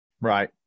right